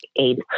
aid